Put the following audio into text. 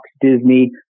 Disney